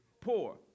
poor